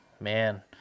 man